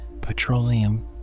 petroleum